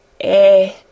Eh